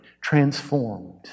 transformed